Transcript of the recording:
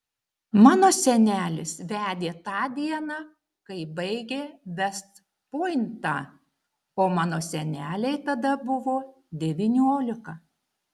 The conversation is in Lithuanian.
mano senelis vedė tą dieną kai baigė vest pointą o mano senelei tada buvo devyniolika